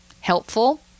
helpful